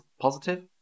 positive